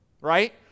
Right